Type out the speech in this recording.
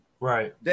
Right